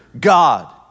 God